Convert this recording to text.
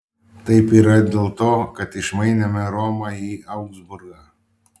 taip yra dėl to kad išmainėme romą į augsburgą